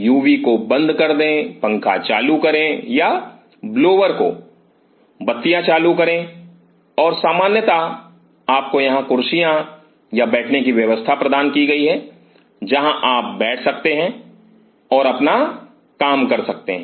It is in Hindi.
युवी को बंद कर दें पंखा चालू करें या ब्लोवर को बत्तियां चालू करें और सामान्यता आपको यहां कुर्सियां या बैठने की व्यवस्था प्रदान की गई है जहां आप बैठ सकते हैं और अपना काम कर सकते हैं